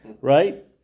right